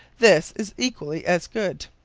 this is equally as good.